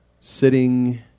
sitting